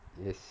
yes